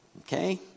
okay